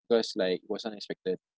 because like it wasn't unexpected